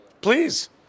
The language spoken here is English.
Please